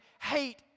hate